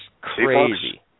crazy